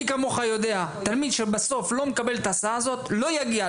מי כמוך יודע תלמיד שבסוף לא מקבל את ההסעה הזאת לא יגיע.